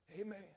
Amen